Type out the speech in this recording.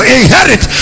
inherit